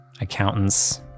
accountants